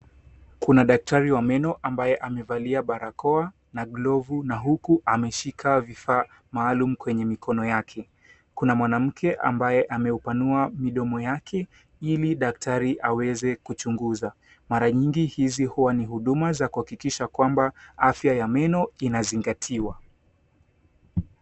Kuna daktari wa meno ambaye amevalia barakoa na glovu na huku ameshika vifaa maalum kwenye mikono yake. Kuna mwanamke ambaye amaupanuma midomo yake ili daktari aweze kuchunguza. Mara nyingi izi huwa ni huduma za kuhakikisha kwamba afya ya meno inazingatiwa.